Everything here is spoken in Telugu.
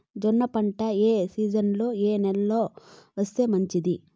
జొన్న పంట ఏ సీజన్లో, ఏ నెల లో వేస్తే మంచిది?